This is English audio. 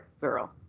girl